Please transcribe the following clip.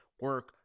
Work